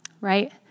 right